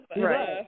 Right